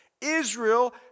Israel